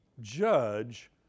judge